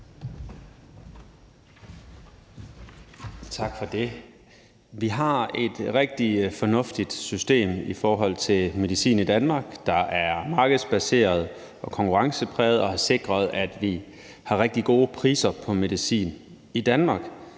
Tak for det. Vi har et rigtig fornuftigt system i forhold til medicin i Danmark, der er markedsbaseret og konkurrencepræget og har sikret, at vi har rigtig gode priser på medicin i Danmark.